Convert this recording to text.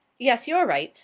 yes, you are right.